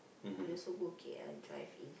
we also go K_L drive in